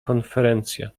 konferencja